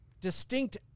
distinct